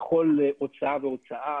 בכל הוצאה והוצאה,